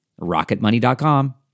Rocketmoney.com